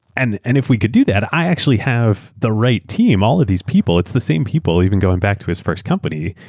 and and if we could do that, i actually have the right team, all of these people. it's the same people even going back to his first company.